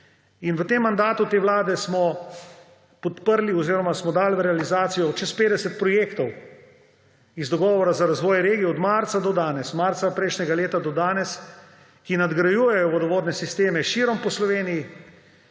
v tem mandatu te vlade smo podprli oziroma samo dali v realizacijo čez 50 projektov iz Dogovora za razvoj regij od marca prejšnjega leta do danes, ki nadgrajujejo vodovodne sisteme širom po Sloveniji,